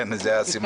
כן, זה הסימנים.